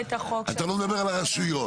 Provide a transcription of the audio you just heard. אתה לא מדבר על הרשויות.